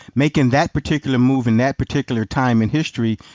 making that particular move in that particular time in history